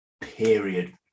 period